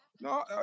No